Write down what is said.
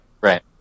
Right